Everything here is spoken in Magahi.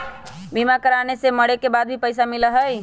बीमा कराने से मरे के बाद भी पईसा मिलहई?